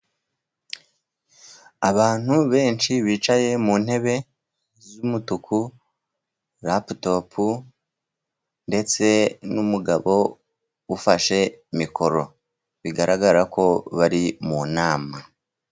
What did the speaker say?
Abantu benshi bicaye mu ntebe z'umutuku, laputopu ndetse n'umugabo ufashe mikoro, bigaragara ko bari mu nama.